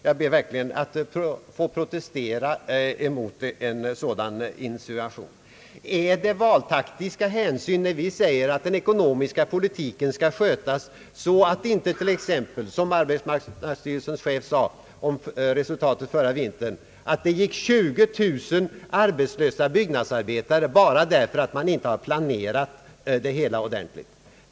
Jag ber verkligen att få protestera mot en sådan insinuation. Är det valtaktiska hänsyn när vi säger att den ekonomiska politiken skall skötas så att inte — som arbetsmarknadsstyrelsens chef sade förra vintern — det går 20 000 byggnadsarbetare arbetslösa bara därför att man inte har planerat det hela ordentligt.